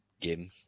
game